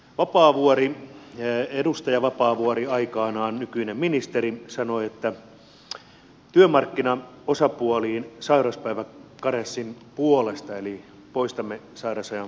vapaavuori edustaja vapaavuori aikanaan nykyinen ministeri vetosi työmarkkinaosapuoliin sairauspäiväkarenssin puolesta eli poistamme sairausajan karenssin